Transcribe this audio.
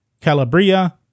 Calabria